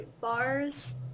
bars